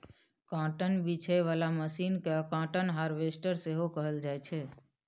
cotton बीछय बला machine केँ काँटन हार्वेस्टर सेहो कहल जाइ छै